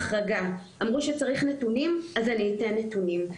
אמרו שצריך נתונים, אז אני אתן נתונים.